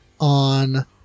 on